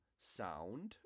sound